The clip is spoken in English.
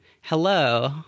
Hello